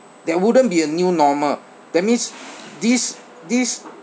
there wouldn't be a new normal that means this this